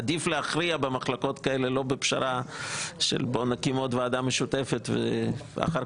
עדיף להכריע במחלוקות כאלה לא בפשרה של בוא נקים עוד ועדה משותפת